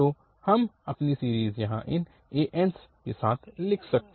तो हम अपनी सीरीज़ यहाँ इन ans साथ लिख सकते